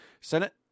Senate